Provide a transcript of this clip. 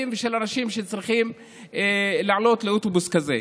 ושל אנשים שצריכים לעלות לאוטובוס כזה.